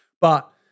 But-